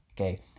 Okay